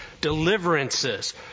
deliverances